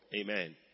Amen